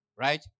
Right